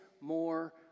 more